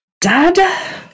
dad